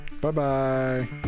Bye-bye